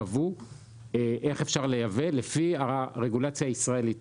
תקנות שקבעו איך אפשר לייבא לפי הרגולציה הישראלית